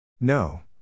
No